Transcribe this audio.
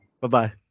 bye-bye